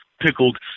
pickled